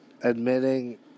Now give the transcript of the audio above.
Admitting